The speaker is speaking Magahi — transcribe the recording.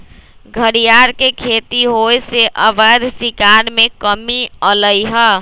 घरियार के खेती होयसे अवैध शिकार में कम्मि अलइ ह